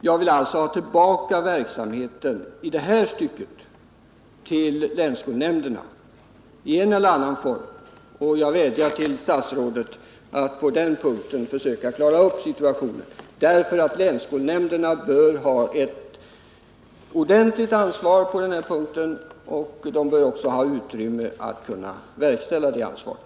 Jag vill alltså ha tillbaka verksamheten i detta stycke —i en eller annan form —- till länsskolnämnderna. Jag vädjar till statsrådet att försöka klara upp 49 situationen på den punkten. Länsskolnämnderna bör ha ett ordentligt ansvar på detta område, och de bör också ha utrymme att ta det ansvaret.